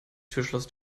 türschloss